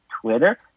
Twitter